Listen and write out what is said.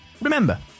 Remember